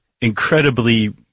incredibly